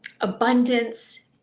abundance